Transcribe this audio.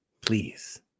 please